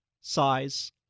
size